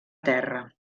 terra